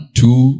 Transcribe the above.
two